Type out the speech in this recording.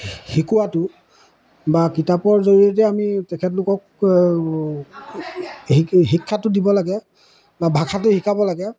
শিকোৱাটো বা কিতাপৰ জৰিয়তে আমি তেখেতলোকক শিক শিক্ষাটো দিব লাগে বা ভাষাটো শিকাব লাগে